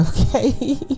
Okay